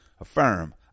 Affirm